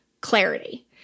clarity